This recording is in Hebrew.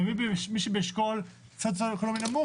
ומי שבאשכול סוציואקונומי נמוך,